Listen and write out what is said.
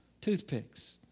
toothpicks